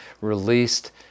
released